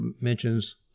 mentions